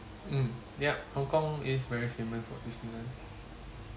um yup hong kong is very famous for Disneyland